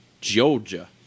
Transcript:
Georgia